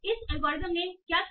इस एल्गोरिथ्म ने क्या किया